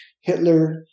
Hitler